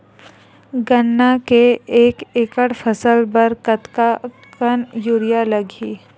गन्ना के एक एकड़ फसल बर कतका कन यूरिया लगही?